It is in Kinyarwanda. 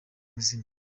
buzima